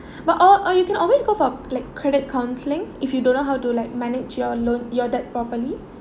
but or or you can always go for like credit counseling if you don't know how to like manage your loan your debt properly